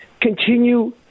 continue